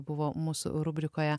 buvo mūsų rubrikoje